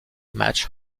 match